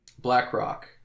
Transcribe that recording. BlackRock